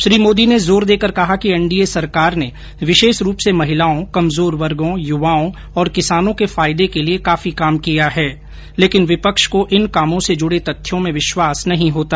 श्री मोदी ने जोर देकर कहा कि एनडीए सरकार ने विशेष रूप से महिलाओं कमजोर वर्गों युवाओं और किसानों के फायदे के लिये काफी काम किया है लेकिन विपक्ष को इन कामों से जुड़े तथ्यों में विश्वास नहीं होता